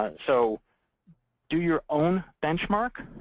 and so do your own benchmark.